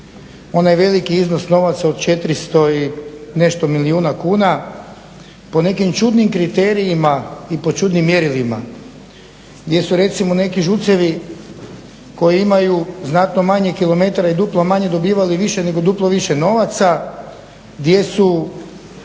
onaj veliki iznos novaca od 400 i nešto milijuna kuna po nekim čudnim kriterijima i po čudnim mjerilima. Gdje su recimo neki ŽUC-evi koji imaju znatno manje kilometara i duplo manje dobivali više nego duplo više novaca, gdje su